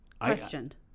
Questioned